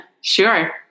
Sure